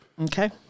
Okay